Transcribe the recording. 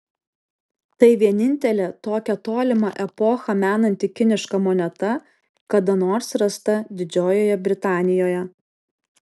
tai vienintelė tokią tolimą epochą menanti kiniška moneta kada nors rasta didžiojoje britanijoje